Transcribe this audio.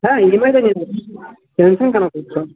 হ্যাঁ ইএমআইতে নিয়ে নাও টেনশন কেনো করছো